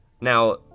Now